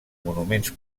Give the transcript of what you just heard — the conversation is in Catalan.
monuments